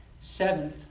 Seventh